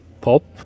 pop